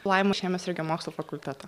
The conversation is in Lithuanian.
laima iš chemijos ir geomokslų fakulteto